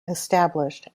established